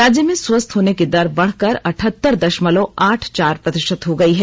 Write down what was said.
राज्य में स्वस्थ होने की दर बढ़कर अठहत्तर दशमलव आठ चार प्रतिशत हो गई है